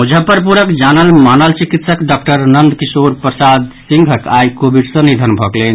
मुजफ्फरपुरक जानल मानल चिकित्सक डॉक्टर नंदकिशोर प्रसाद सिंहक आई कोविड सँ निधन भऽ गेलनि